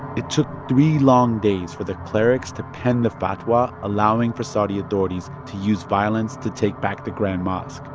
it took three long days for the clerics to pen the fatwa allowing for saudi authorities to use violence to take back the grand mosque.